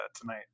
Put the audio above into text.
tonight